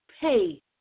pay